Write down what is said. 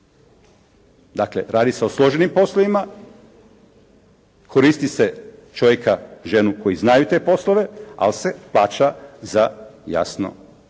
Dakle radi se o složenim poslovima. Koristi se čovjeka, ženu koji znaju te poslove ali se plaća za jasno